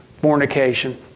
fornication